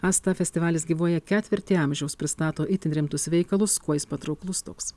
asta festivalis gyvuoja ketvirtį amžiaus pristato itin rimtus veikalus kuo jis patrauklus toks